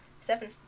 Seven